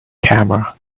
camera